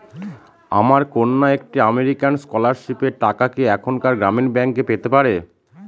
আমার কন্যা একটি আমেরিকান স্কলারশিপের টাকা কি এখানকার গ্রামীণ ব্যাংকে পেতে পারে?